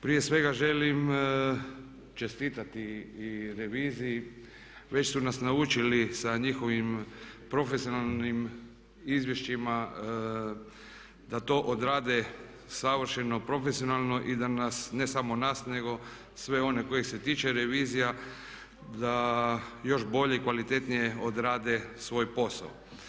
Prije svega želim čestitati i reviziji, već su nas naučili sa njihovim profesionalnim izvješćima da to odrade savršeno profesionalno i da nas, ne samo nas nego sve onih kojih se tiče revizija da još bolje i kvalitetnije odrade svoj posao.